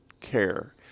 care